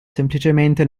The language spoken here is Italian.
semplicemente